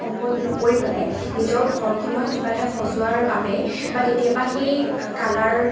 সম্পদ নকৰি পেলাই নিজৰ ঘৰখনত কিবা এটা সজোৱাৰ বাবে বা কেতিয়াবা সেই কালাৰ